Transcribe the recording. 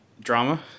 drama